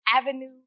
avenue